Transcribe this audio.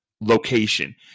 location